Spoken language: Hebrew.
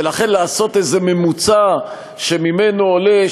ולכן עושים איזה ממוצע שממנו עולה,